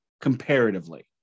comparatively